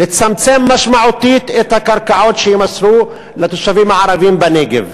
לצמצם משמעותית את הקרקעות שיימסרו לתושבים הערבים בנגב,